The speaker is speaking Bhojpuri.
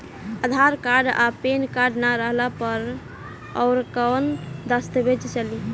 आधार कार्ड आ पेन कार्ड ना रहला पर अउरकवन दस्तावेज चली?